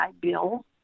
Bill